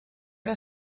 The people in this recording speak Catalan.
ara